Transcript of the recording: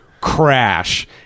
crash